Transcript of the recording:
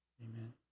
Amen